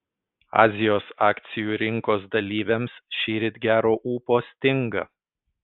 azijos akcijų rinkos dalyviams šįryt gero ūpo stinga